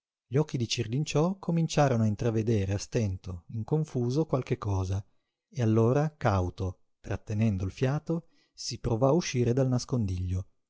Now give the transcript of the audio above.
gli occhi di cirlinciò cominciarono a intravedere a stento in confuso qualche cosa e allora cauto trattenendo il fiato si provò a uscire dal nascondiglio